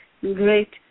great